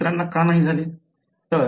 इतरांना का नाही झाले